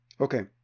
Okay